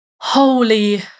holy